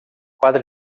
quadra